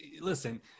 Listen